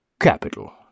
Capital